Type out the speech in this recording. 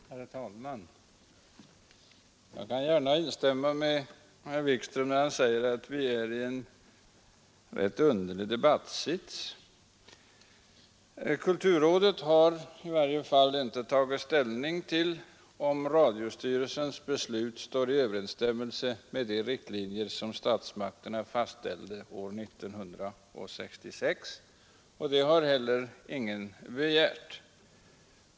Herr talman! Jag kan gärna instämma med herr Wikström när han säger att vi är i en underlig debattsits. Kulturrådet har i varje fall inte tagit ställning till om radiostyrelsens beslut står i överensstämmelse med de riktlinjer som statsmakterna fastställde år 1966, och det har heller ingen begärt.